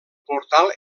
portal